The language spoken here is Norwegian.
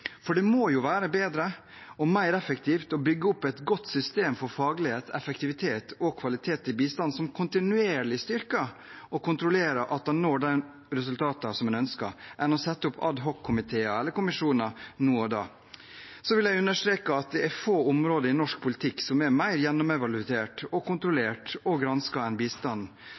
For det må jo være bedre og mer effektivt å bygge opp et godt system for faglighet, effektivitet og kvalitet i bistand som kontinuerlig styrker og kontrollerer at en når de resultatene en ønsker, enn å sette opp ad hoc-komiteer eller kommisjoner nå og da. Så vil jeg understreke at det er få områder i norsk politikk som er mer gjennomevaluert, kontrollert og gransket enn bistand.